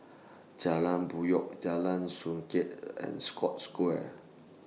Jalan Puyoh Jalan Songket and Scotts Square